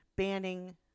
banning